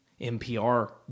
npr